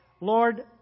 Lord